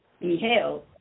beheld